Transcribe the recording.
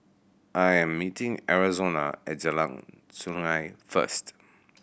I am meeting Arizona at Jalan Sungei first